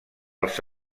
els